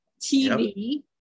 TV